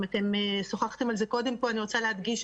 אם אתם שוחחתם על זה קודם פה, אני רוצה להדגיש: